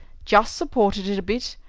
just supported it a bit,